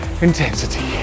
intensity